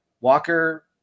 Walker